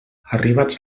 arribats